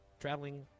traveling